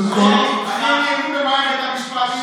אין לי אמון במערכת המשפט.